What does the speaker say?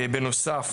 בנוסף